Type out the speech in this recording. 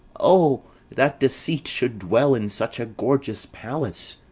o, that deceit should dwell in such a gorgeous palace!